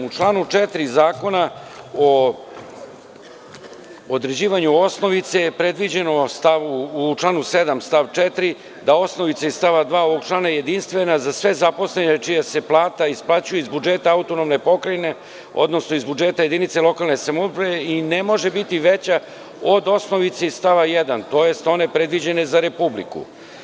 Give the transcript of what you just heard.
U članu 4. Zakona o određivanju osnovice je predviđeno u članu 7. stav 4. da osnovica iz stava 2. ovog člana je jedinstvena za sve zaposlene čije se plate isplaćuju iz budžeta autonomne pokrajine, odnosno iz budžeta jedinice lokalne samouprave i ne može biti veća od osnovice iz stava 1, tj. one predviđene za Republiku.